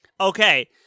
Okay